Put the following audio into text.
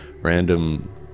random